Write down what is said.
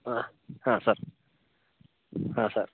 ಹಾಂ ಸರ್ ಹಾಂ ಸರ್